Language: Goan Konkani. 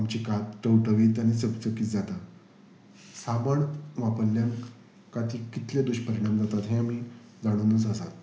आमची कात टवटवीत आनी चकचकीत जाता साबण वापरल्यान कातीक कितले दुश्परिणाम जातात हें आमी जाणुनूच आसात